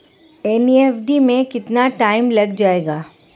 NEFT में कितना time लग जाएगा?